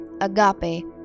agape